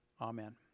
Amen